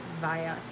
via